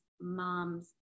mom's